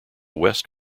west